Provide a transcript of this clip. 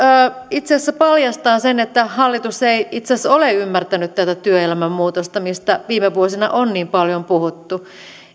itse asiassa paljastaa sen että hallitus ei itse asiassa ole ymmärtänyt tätä työelämän muutosta mistä viime vuosina on niin paljon puhuttu